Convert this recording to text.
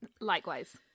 Likewise